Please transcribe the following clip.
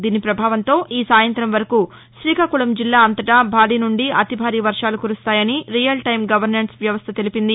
దీని ప్రభావంతో ఈ సాయంత్రం వరకు శ్రీకాకుళం జిల్లా అంతటా భారీ నుండి అతిభారీ వర్షాలు కురుస్తాయని రియల్టైమ్ గవర్నెన్స్ వ్యవస్థ తెలిపింది